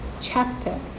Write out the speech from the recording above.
chapter